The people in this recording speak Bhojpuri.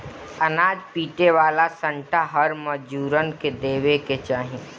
अनाज पीटे वाला सांटा हर मजूरन के देवे के चाही